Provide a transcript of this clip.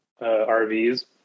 RVs